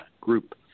group